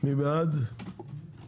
מי בעד ההסתייגויות?